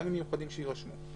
מטעמים מיוחדים שיירשמו.